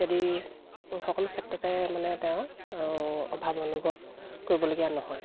যদি সকলো ক্ষেত্ৰতে মানে তেওঁ অভাৱ অনুভৱ কৰিবলগীয়া নহয়